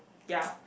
ya